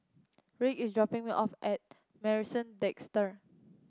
Ricky is dropping me off at Marrison Desker